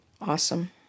awesome